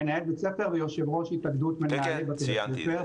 אני מנהל בית ספר ויושב-ראש התאגדות מנהלי בתי הספר,